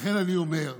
לכן אני אומר לך,